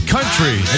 country